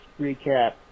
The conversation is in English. recap